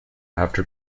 after